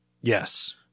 Yes